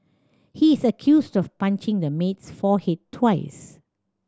he is accused of punching the maid's forehead twice